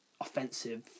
offensive